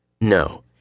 No